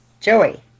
Joey